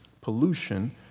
pollution